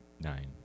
Nine